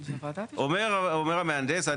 אומר המהנדס,